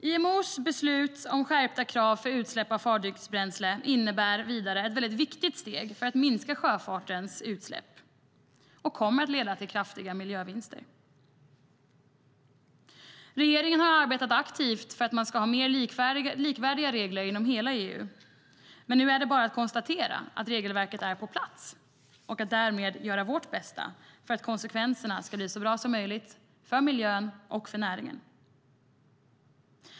IMO:s beslut om skärpta krav för utsläpp av fartygsbränsle innebär vidare ett väldigt viktigt steg för att minska sjöfartens utsläpp och kommer att leda till kraftiga miljövinster. Regeringen har arbetat aktivt för att man ska ha mer likvärdiga regler inom hela EU. Men nu är det bara att konstatera att regelverket är på plats och att vi därmed ska göra vårt bästa för att konsekvenserna ska bli så bra som möjligt för miljön och för näringen.